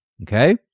Okay